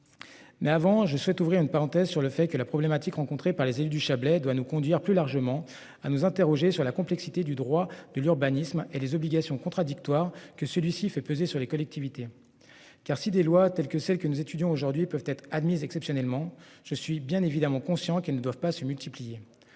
Mais avant je souhaite ouvrir une parenthèse sur le fait que la problématique rencontrée par les élus du Chablais doit nous conduire plus largement à nous interroger sur la complexité du droit de l'urbanisme et les obligations contradictoires que celui-ci fait peser sur les collectivités. Car si des lois telles que celle que nous étudions aujourd'hui, ils peuvent être admises exceptionnellement, je suis bien évidemment conscients qu'ils ne doivent pas se multiplier.